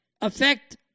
affect